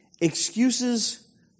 Excuses